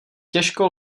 těžko